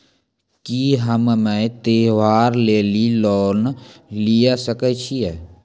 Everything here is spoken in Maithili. की हम्मय त्योहार लेली लोन लिये सकय छियै?